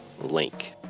link